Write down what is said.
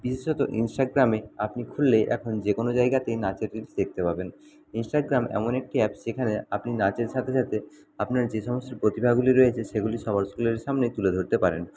বিশেষত ইনস্টাগ্রামে আপনি খুললেই এখন যে কোনও জায়গাতেই নাচের রিলস দেখতে পাবেন ইনস্টাগ্রাম এমন একটি অ্যাপস যেখানে আপনি নাচের সাথে সাথে আপনার যে সমস্ত প্রতিভাগুলি রয়েছে সেগুলি সমাজকুলের সামনে তুলে ধরতে পারেন